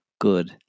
good